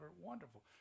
Wonderful